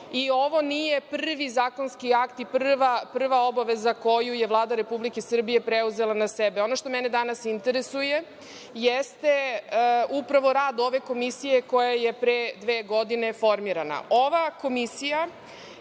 i ovo nije prvi zakonski akt i prva obaveza koju je Vlada Republike Srbije preuzela na sebe. Ono što mene danas interesuje jeste upravo rad ove komisije koja je pre dve godine formirana.